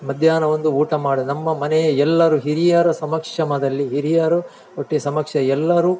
ಮಧ್ಯಾಹ್ನ ಒಂದು ಊಟ ಮಾಡಿ ನಮ್ಮ ಮನೆಯ ಎಲ್ಲರೂ ಹಿರಿಯರ ಸಮಕ್ಷಮದಲ್ಲಿ ಹಿರಿಯರ ಒಟ್ಟಿಗೆ ಸಮಕ್ಷಮ ಎಲ್ಲರೂ